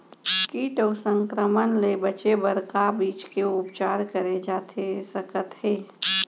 किट अऊ संक्रमण ले बचे बर का बीज के उपचार करे जाथे सकत हे?